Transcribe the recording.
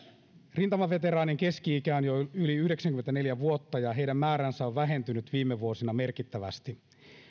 rintamaveteraanien keski ikä on jo yhdeksänkymmentäneljä vuotta ja heidän määränsä on vähentynyt viime vuosina merkittävästi